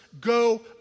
go